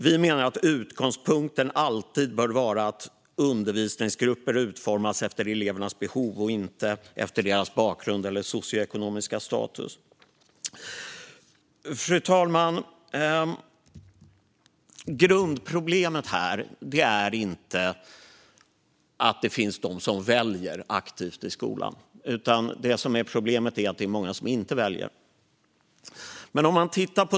Vi menar att utgångspunkten alltid bör vara att undervisningsgrupper utformas efter elevernas behov och inte efter deras bakgrund eller socioekonomiska status. Fru talman! Grundproblemet är inte att en del aktivt väljer skola utan att många inte väljer.